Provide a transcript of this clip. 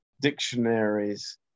dictionaries